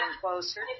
closer